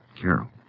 Carol